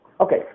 Okay